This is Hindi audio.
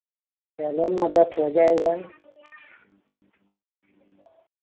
चलो मदद हो जाएगा